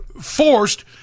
forced